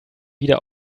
wieder